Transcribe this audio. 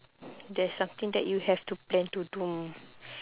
there's something that you have to plan to do